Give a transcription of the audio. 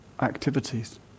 activities